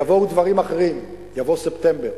יבואו דברים אחרים, יבוא ספטמבר.